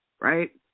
right